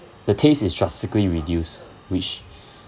the taste is drastically reduced which